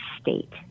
state